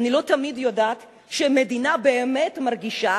אני לא תמיד יודעת שהמדינה באמת מרגישה